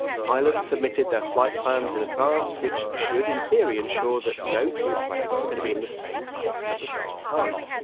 pilots submitted their flight plans in advance, which should in theory ensure that no two planes were going to be in the same place at the same time.